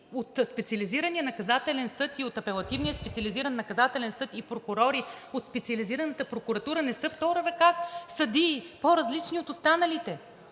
от Специализирания наказателен съд и от Апелативния специализиран наказателен съд и прокурори от Специализираната прокуратура не са втора ръка съдии, по-различни от останалите.